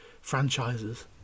franchises